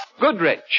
Goodrich